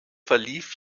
verlief